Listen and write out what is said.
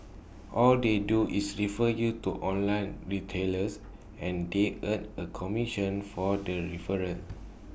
all they do is refer you to online retailers and they earn A commission for that referral